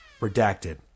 Redacted